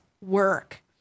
work